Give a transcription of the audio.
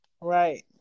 right